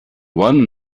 one